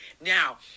Now